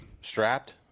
strapped